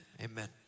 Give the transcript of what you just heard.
Amen